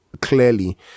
clearly